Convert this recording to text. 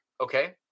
Okay